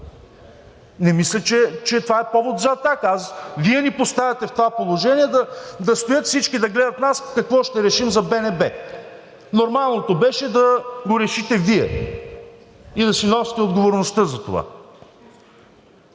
не мисля, че това е повод за атака. Вие ни поставяте в положението да стоят всички да гледат нас какво ще решим за БНБ. Нормалното беше да го решите Вие и да си носите отговорността за това.